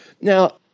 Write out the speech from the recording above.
Now